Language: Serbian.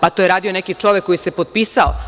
Pa, to je radio neki čovek koji se potpisao.